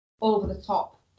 over-the-top